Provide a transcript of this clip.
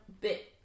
bit